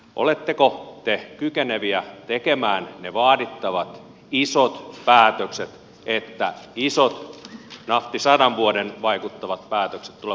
oletteko te kykeneviä tekemään ne vaadittavat isot päätökset että isot naftisti sata vuotta vaikuttavat päätökset tulevat eduskunnan käsittelyyn